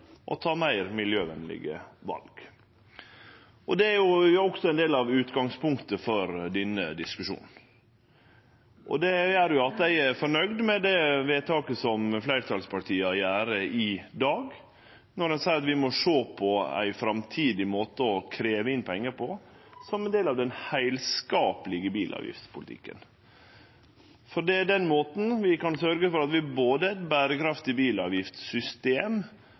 å ta meir miljøvenlege val. Det er også ein del av utgangspunktet for denne diskusjonen. Det gjer at eg er fornøgd med det vedtaket som fleirtalspartia gjer i dag når ein seier at vi må sjå på ein framtidig måte å krevje inn pengar på som ein del av den heilskaplege bilavgiftspolitikken. Det er på den måten vi kan sørgje for at vi har eit berekraftig